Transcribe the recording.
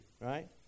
right